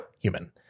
human